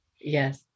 Yes